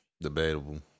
Debatable